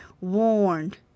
warned